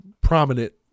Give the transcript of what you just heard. prominent